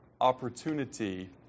opportunity